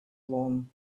loan